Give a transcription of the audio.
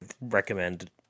recommend